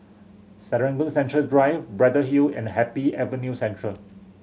Serangoon Central Drive Braddell Hill and Happy Avenue Central